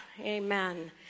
Amen